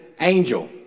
angel